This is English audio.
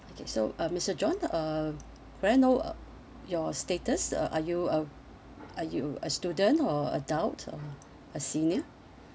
okay so uh mister john uh may I know uh your status uh are you a are you a student or adult or a senior